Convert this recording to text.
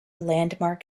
landmark